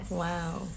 Wow